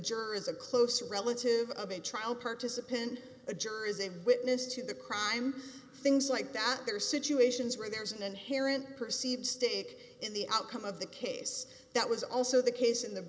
juror is a close relative of a trial participant a juror is a witness to the crime things like that there are situations where there's an inherent perceived stake in the outcome of the case that was also the case in the